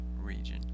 region